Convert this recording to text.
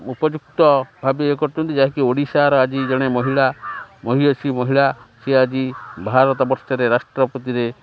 ଉପଯୁକ୍ତ ଭାବେ ଇଏ କରିଛନ୍ତି ଯାହାକି ଓଡ଼ିଶାର ଆଜି ଜଣେ ମହିଳା ମହିୟଶୀ ମହିଳା ସିଏ ଆଜି ଭାରତ ବର୍ଷରେ ରାଷ୍ଟ୍ରପତିରେ